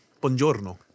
Buongiorno